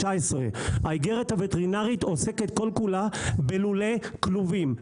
2019. האיגרת עוסקת כל כולה בלולי כלובים;